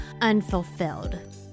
unfulfilled